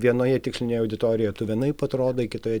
vienoje tikslinėje auditorijoje tu vienaip atrodai kitoje